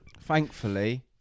Thankfully